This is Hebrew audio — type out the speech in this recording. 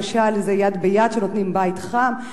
למשל, "יד ביד" נותנים בית חם,